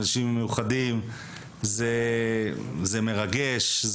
אנשי מיוחדים זה מרגש,